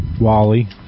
Wally